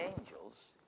angels